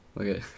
Okay